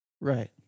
Right